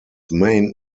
main